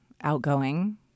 Outgoing